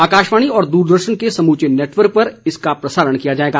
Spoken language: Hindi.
आकाशवाणी और दूरदर्शन के समूचे नेटवर्क पर इसका प्रसारण किया जाएगा